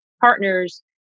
partners